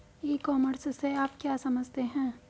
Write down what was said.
ई commerce से आप क्या समझते हैं?